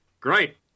Great